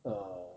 err